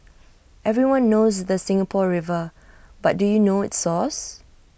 everyone knows the Singapore river but do you know its source